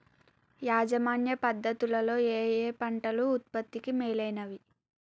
యాజమాన్య పద్ధతు లలో ఏయే పంటలు ఉత్పత్తికి మేలైనవి?